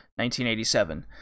1987